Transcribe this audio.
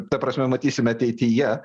ta prasme matysime ateityje